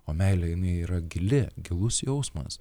o meilė jinai yra gili gilus jausmas